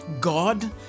God